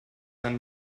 ein